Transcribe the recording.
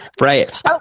Right